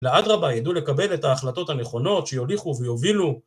לעד רבה ידעו לקבל את ההחלטות הנכונות שיוליכו ויובילו